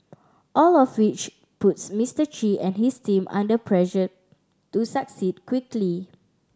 all of which puts Mister Chi and his team under pressure to succeed quickly